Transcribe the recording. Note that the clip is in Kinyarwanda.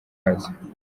aza